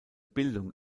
bildung